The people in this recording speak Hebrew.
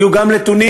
הגיעו גם לתוניסיה